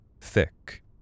Thick